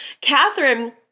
Catherine